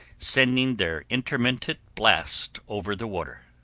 sending their intermittent blast over the water.